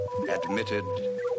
admitted